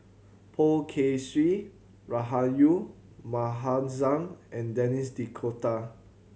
Poh Kay Swee Rahayu Mahzam and Denis D'Cotta